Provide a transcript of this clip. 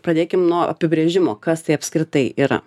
pradėkim nuo apibrėžimo kas tai apskritai yra